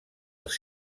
els